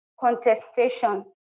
contestation